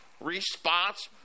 response